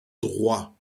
droit